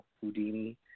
Houdini